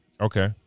Okay